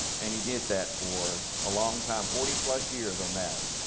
and he did that for a long time, forty plus years on that.